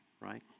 right